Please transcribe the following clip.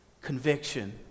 Conviction